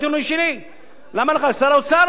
שר האוצר ציטט את המספר הזה, לא אני.